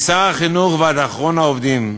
משר החינוך ועד אחרון העובדים,